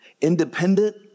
Independent